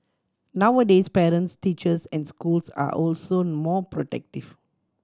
nowadays parents teachers and schools are also more protective